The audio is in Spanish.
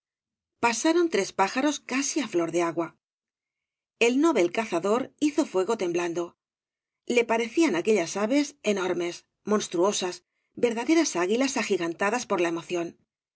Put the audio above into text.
pasaron tres pájaros casi á flor de agua el novel cazador hizo fuego temblando le parecían aquellas aves enormes monstruosas ver aderas águilas agigantadas por la emoción el